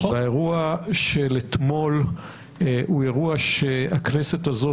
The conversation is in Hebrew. האירוע של אתמול הוא אירוע שהכנסת הזאת